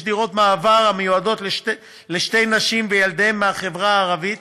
יש דירות מעבר המיועדות לשתי נשים וילדיהן מהחברה הערבית,